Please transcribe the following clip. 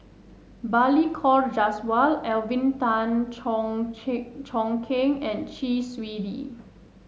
Balli Kaur Jaswal Alvin Tan Cheong Cheong Kheng and Chee Swee Lee